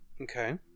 Okay